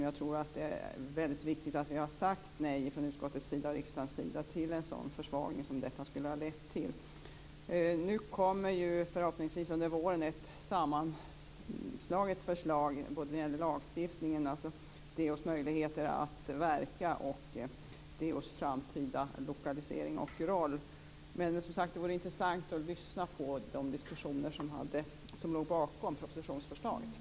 Jag tror att det är väldigt viktigt att vi från utskottets och riksdagens sida har sagt nej till en sådan försvagning som detta skulle ha lett till. Nu kommer ju förhoppningsvis under våren ett sammanslaget förslag både när det gäller lagstiftningen, alltså DO:s möjligheter att verka, och DO:s framtida lokalisering och roll. Men det vore som sagt att intressant att få lyssna på diskussionerna som låg bakom propositionsförslaget.